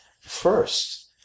first